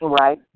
Right